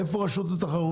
איפה רשות התחרות?